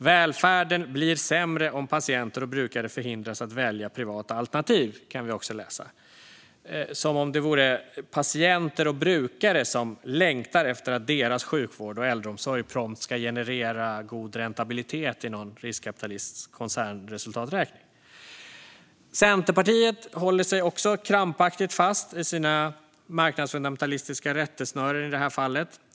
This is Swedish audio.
"Välfärden blir sämre om patienter och brukare förhindras att välja privata alternativ", kan vi också läsa - som om det vore patienter och brukare som längtar efter att deras sjukvård och äldreomsorg prompt ska generera god räntabilitet i någon riskkapitalists koncernresultaträkning. Centerpartiet håller sig också krampaktigt fast i sina marknadsfundamentalistiska rättesnören i det här fallet.